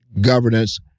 governance